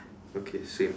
okay same